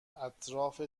اطراف